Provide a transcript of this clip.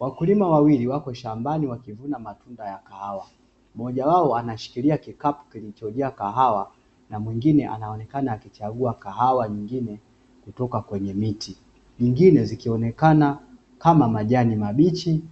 Wakulima wawili wapo shambani wakivuna mazao ya kahawa. Mmoja wao akishikilia kikapu kilichojaa kahawa na mwingine akionekana akichambua kahawa nyingine kutoka kwenye miti. Nyingine zikionekqna kama majani mabichi